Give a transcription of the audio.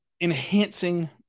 enhancing